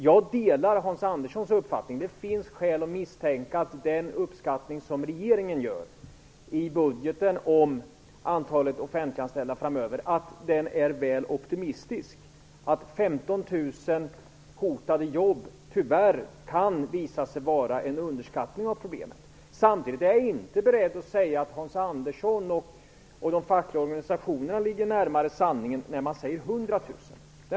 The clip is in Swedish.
Jag delar Hans Anderssons uppfattning att det finns skäl att misstänka att den uppskattning som regeringen gör i budgeten om antalet offentliganställda framöver är väl optimistisk. 15 000 hotade jobb kan tyvärr visa sig vara en underskattning av problemet. Samtidigt är jag inte beredd att säga att Hans Andersson och de fackliga organisationerna ligger närmare sanningen när de nämner antalet 100 000.